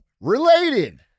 related